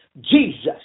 Jesus